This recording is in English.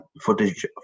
footage